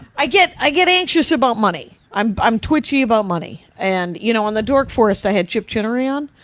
i get, i get anxious about money. i'm i'm twitchy about money. and, you know, and on the dork forest, i had chip chinery on,